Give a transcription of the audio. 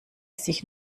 sich